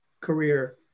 career